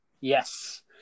Yes